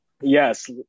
Yes